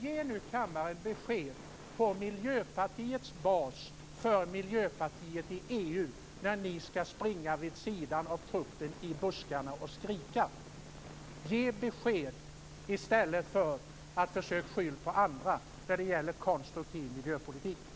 Ge nu kammaren besked om Miljöpartiets bas för miljöpolitiken i EU, när ni vill springa vid sidan av truppen i buskarna och skrika. Ge besked i stället för att försöka skylla på andra när det gäller konstruktiv miljöpolitik.